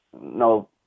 no